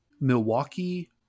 Milwaukee